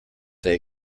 they